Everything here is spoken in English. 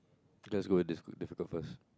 that's was that's good difficult first